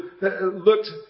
looked